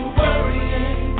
worrying